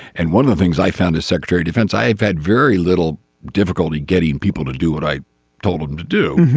and one of the things i found as secretary defense i have had very little difficulty getting people to do what i told them to do.